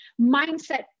mindset